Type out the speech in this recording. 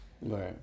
Right